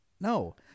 no